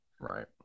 Right